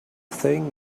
thing